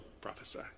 prophesy